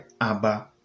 Abba